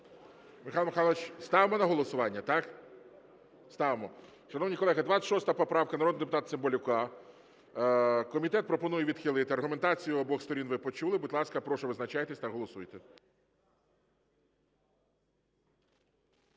Михайло Михайлович, ставимо на голосування, так? Ставимо. Шановні колеги, 26 поправка народного депутата Цимбалюка. Комітет пропонує відхилити. Аргументацію обох сторін ви почули. Будь ласка, прошу, визначайтесь та голосуйте.